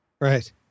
Right